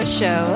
show